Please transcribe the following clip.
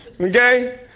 Okay